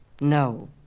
No